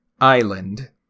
island